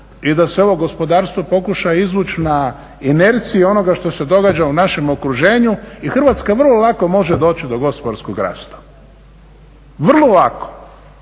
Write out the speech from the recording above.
i da se ovo gospodarstvo pokuša izvući na inerciju onoga što se događa u našem okruženju i Hrvatska vrlo lako može doći do gospodarskog rasta, vrlo lako.